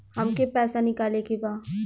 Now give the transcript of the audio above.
हमके पैसा निकाले के बा